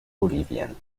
bolivien